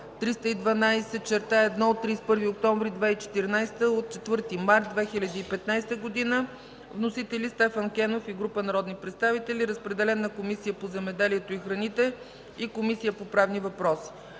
312/1 от 31 октомври 2014 г.) от 4 март 2015 г. Вносители – Стефан Кенов и група народни представители. Разпределен е на Комисията по земеделието и храните и Комисията по правни въпроси.